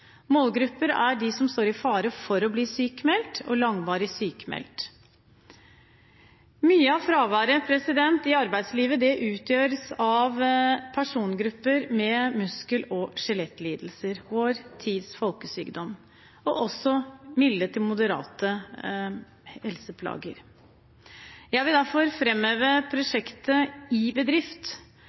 er dem som står i fare for å bli sykmeldte, og langvarig sykmeldte. Mye av fraværet fra arbeidslivet utgjøres av pasientgrupper med muskel- og skjelettlidelser – vår tids folkesykdom – og også milde til moderate psykiske helseplager. Jeg vil derfor framheve prosjektet iBedrift. Universitetssykehuset i